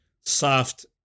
soft